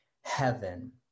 heaven